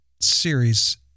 series